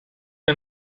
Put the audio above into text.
que